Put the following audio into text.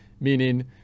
Meaning